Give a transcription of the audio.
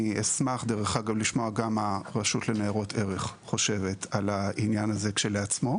אני אשמח לשמוע גם מה רשות ניירות ערך חושבת על העניין הזה כשלעצמו.